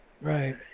Right